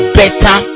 better